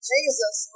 Jesus